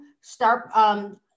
start